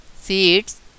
seeds